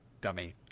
dummy